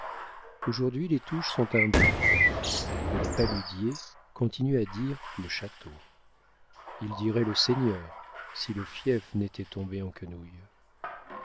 aujourd'hui les touches sont un bien mais les paludiers continuent à dire le château ils diraient le seigneur si le fief n'était tombé en quenouille